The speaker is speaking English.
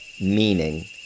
meaning